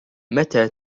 متى